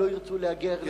הם לא ירצו להגיע לאירופה.